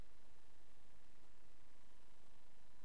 להביא, למשל, את הסכם אוסלו,